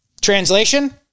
Translation